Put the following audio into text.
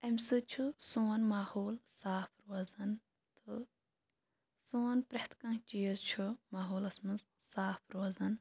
امہِ سۭتۍ چھُ سون ماحول صاف روزان تہٕ سون پرٮ۪تھ کانٛہہ چیٖز چھُ ماحولَس منٛز صاف روزان